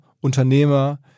Unternehmer